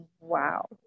wow